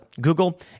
Google